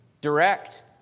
Direct